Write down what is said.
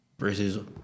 Versus